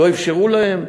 לא אפשרו להם?